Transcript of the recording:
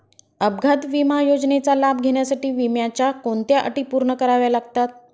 अपघात विमा योजनेचा लाभ घेण्यासाठी विम्याच्या कोणत्या अटी पूर्ण कराव्या लागतात?